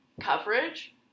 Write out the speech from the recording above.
coverage